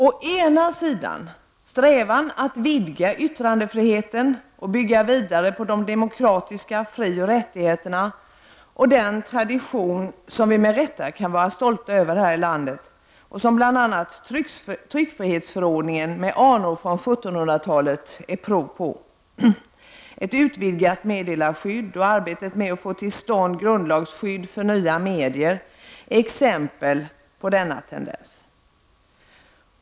Å ena sidan är det en strävan att vidga yttrandefriheten och bygga vidare på de demokratiska frioch rättigheterna och den tradition som vi med rätta kan vara stolta över i landet och som bl.a. tryckfrihetsförordningen med anor från 1700-talet är prov på. Ett utvidgat meddelarskydd och arbetet med att få till stånd grundlagsskydd för nya medier är exempel på denna tendens.